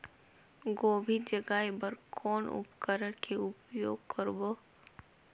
गोभी जगाय बर कौन उपकरण के उपयोग करबो?